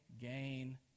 gain